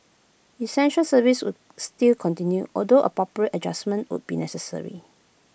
essential services would still continue although appropriate adjustment would be necessary